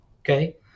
okay